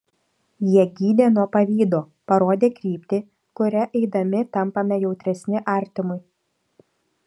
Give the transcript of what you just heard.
jie gydė nuo pavydo parodė kryptį kuria eidami tampame jautresni artimui